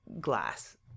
glass